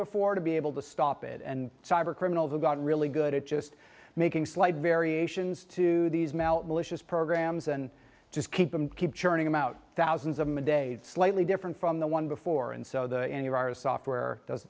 before to be able to stop it and cyber criminals have gotten really good at just making slight variations to these melt malicious programs and just keep them keep churning them out thousands of them a day slightly different from the one before and so the software